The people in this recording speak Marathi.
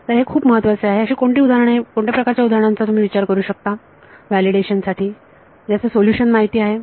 तर हे खूप महत्त्वाचे आहे अशी कोणती उदाहरणे कोणत्या प्रकारच्या उदाहरणांचा तुम्ही विचार करू शकता व्हॅलिडेशन साठी याचे सोल्युशन माहिती आहे